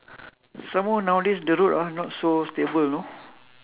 some more nowadays the road ah not so stable you know